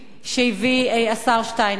שהביא השר שטייניץ,